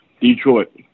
Detroit